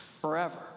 forever